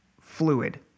fluid